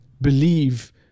believe